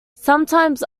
sometimes